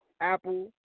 Apple